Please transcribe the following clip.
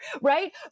right